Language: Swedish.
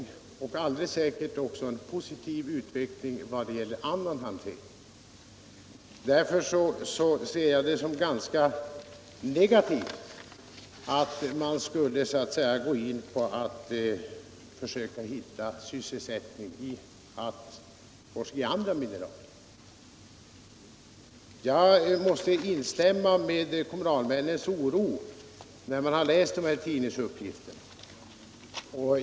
Det skulle alldeles säkert också medföra en positiv utveckling i fråga om annan hantering. Därför ser jag det som ganska negativt att försök skall göras att finna sysselsättningstillfällen genom brytning av andra mineral. Jag delar den oro kommunalmännen känner sedan de läst dessa tidningsuppgifter.